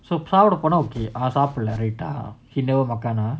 so proud ஆஹ்போனா:ach pona okay அவன்சாப்பிடலரைட்டா:avan sappitala raitta he never makan ah